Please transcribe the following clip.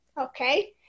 Okay